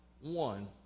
one